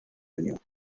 año